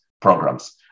programs